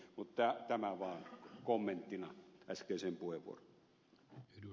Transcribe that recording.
mutta tämä vaan kommenttina äskeiseen puheenvuoroon